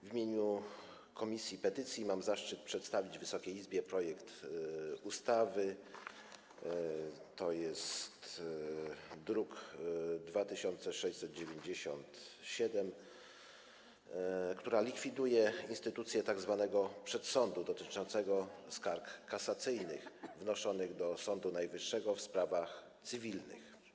W imieniu Komisji do Spraw Petycji mam zaszczyt przedstawić Wysokiej Izbie projekt ustawy z druku nr 2697, która likwiduje instytucję tzw. przedsądu dotyczącego skarg kasacyjnych wnoszonych do Sądu Najwyższego w sprawach cywilnych.